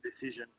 decision